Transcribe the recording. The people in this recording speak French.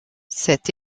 cette